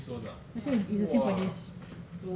I think it's the same for this